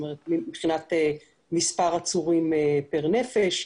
מבחינת מספר עצורים פר נפש.